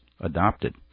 adopted